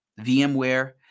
vmware